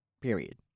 period